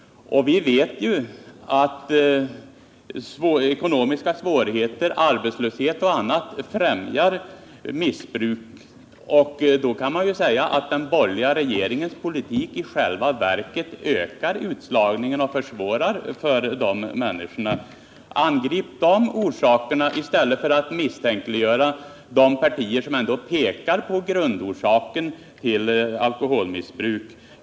Vi vet att ekonomiska svårigheter, arbetslöshet och annat, främjar missbruk, och då kan det ju sägas att den borgerliga regeringens politik i själva verket ökar utslagningen och försvårar för de drabbade. Angrip orsakerna i stället för att misstänkliggöra de partier som ändå pekar på grundorsaken till alkoholmissbruk!